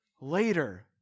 later